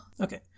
Okay